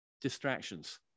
distractions